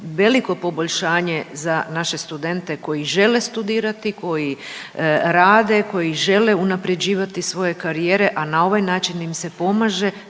veliko poboljšanje za naše studente koji žele studirati, koji rade, koji žele unaprjeđivati svoje karijere, a na ovaj način im se pomaže